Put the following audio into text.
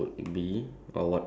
ya